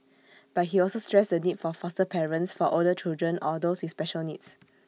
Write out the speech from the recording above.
but he also stressed the need for foster parents for older children or those with special needs